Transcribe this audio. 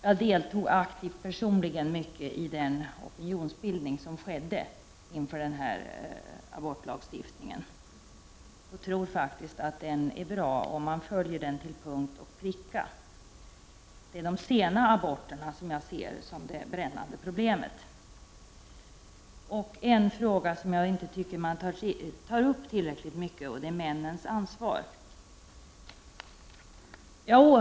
Jag deltog personligen aktivt i arbetet med opinionsbildningen inför den här abortlagstiftningen, och jag tror faktiskt att den är bra om man följer den till punkt och pricka. Som jag ser saken är det de sena aborterna som är det brännande problemet. En fråga som jag tycker att man inte ägnar sig tillräckligt mycket åt är frågan om männens ansvar.